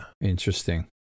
Interesting